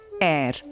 air